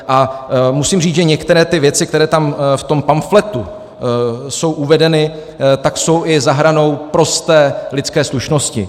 A musím říct, že některé ty věci, které tam v tom pamfletu jsou uvedeny, jsou i za hranou prosté lidské slušnosti.